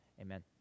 Amen